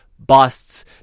busts